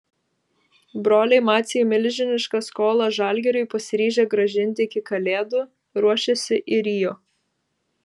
broliai maciai milžinišką skolą žalgiriui pasiryžę grąžinti iki kalėdų ruošiasi į rio